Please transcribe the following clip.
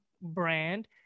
brand